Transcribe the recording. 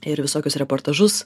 ir visokius reportažus